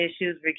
issues